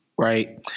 Right